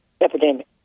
epidemic